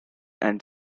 and